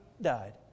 died